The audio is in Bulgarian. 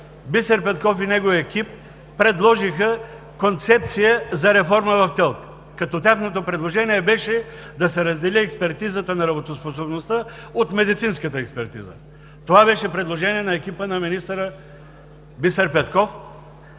Бисер Петков и неговият екип предложиха концепция за реформа в ТЕЛК, като тяхното предложение беше да се раздели експертизата на работоспособността от медицинската експертиза. Това беше предложение на екипа на министър Бисер Петков.